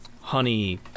honey